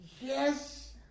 Yes